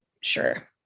Sure